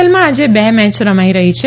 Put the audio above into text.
એલમાં આજે બે મેચ રમાઇ રહી છે